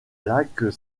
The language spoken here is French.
lac